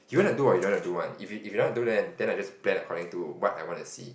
do you wanna do or you don't wanna do one if you if you wanna do then then I just plan according to what I wanna see